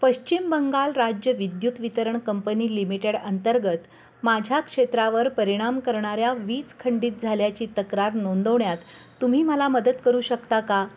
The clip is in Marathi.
पश्चिम बंगाल राज्य विद्युत वितरण कंपनी लिमिटेड अंतर्गत माझ्या क्षेत्रावर परिणाम करणाऱ्या वीज खंडित झाल्याची तक्रार नोंदवण्यात तुम्ही मला मदत करू शकता का